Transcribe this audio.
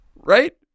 right